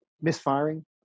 misfiring